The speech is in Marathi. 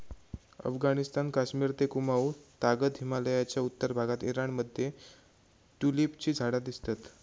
अफगणिस्तान, कश्मिर ते कुँमाउ तागत हिमलयाच्या उत्तर भागात ईराण मध्ये ट्युलिपची झाडा दिसतत